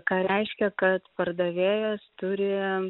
ką reiškia kad pardavėjas turi